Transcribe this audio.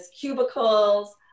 cubicles